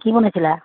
কি বনাইছিলা